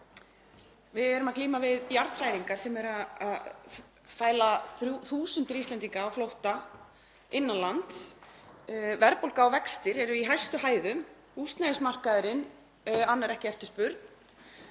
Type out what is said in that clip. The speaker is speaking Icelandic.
Við erum að glíma við jarðhræringar sem eru að setja þúsundir Íslendinga á flótta innan lands. Verðbólga og vextir eru í hæstu hæðum og húsnæðismarkaðurinn annar ekki eftirspurn.